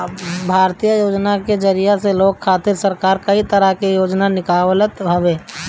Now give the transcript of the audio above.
भारतीय योजना के जरिया से लोग खातिर सरकार कई तरह के योजना निकालत हवे